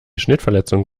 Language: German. schnittverletzung